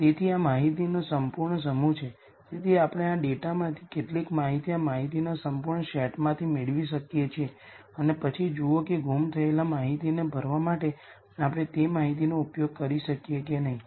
તેથી આ માહિતીનો સંપૂર્ણ સમૂહ છે તેથી આપણે આ ડેટામાંથી કેટલીક માહિતી આ માહિતીના સંપૂર્ણ સેટમાંથી મેળવી શકીએ છીએ અને પછી જુઓ કે ગુમ થયેલ માહિતીને ભરવા માટે આપણે તે માહિતીનો ઉપયોગ કરી શકીએ કે નહીં